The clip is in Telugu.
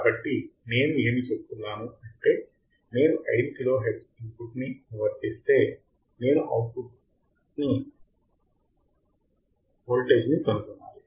కాబట్టి నేను ఏమి చెపుతున్నాను అంటే నేను 5 కిలో హెర్ట్జ్ ఇన్పుట్ ని అనువర్తిస్తే నేను ఔట్పుట్ ని వోల్టేజ్ ని కనుక్కోవాలి